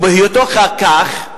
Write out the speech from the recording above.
ובהיותו כך,